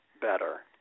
better